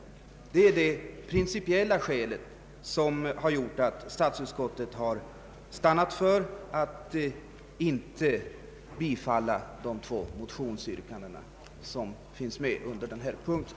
Det är det principiella skälet till att statsutskottet stannat för att inte tillstyrka de två motionsyrkanden som finns under denna punkt.